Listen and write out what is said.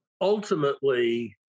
Ultimately